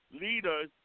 Leaders